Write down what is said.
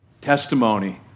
Testimony